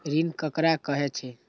ऋण ककरा कहे छै?